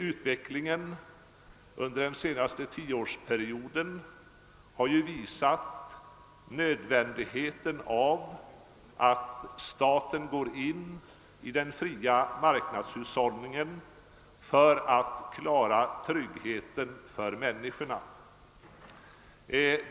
Utvecklingen under den senaste tioårsperioden har visat nödvändigheten av att staten griper in i den fria marknadshushållningen för att klara tryggheten för människorna.